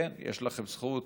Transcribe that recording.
כן, יש לכם זכות.